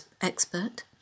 expert